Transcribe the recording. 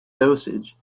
dosage